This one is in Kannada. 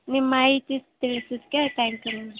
ನಿಮ್ಮ ಮಾಹಿತಿ ತಿಳಿಸಿದ್ಕೆ ತ್ಯಾಂಕ್ ಯು ಮೇಡಮ್